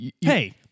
Hey